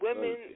women